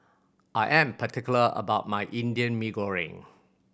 I am particular about my Indian Mee Goreng